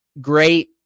Great